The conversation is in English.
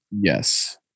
Yes